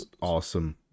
awesome